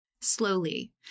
Slowly